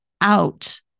out